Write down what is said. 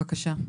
בבקשה.